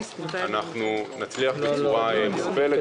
נצליח בצורה מוגבלת.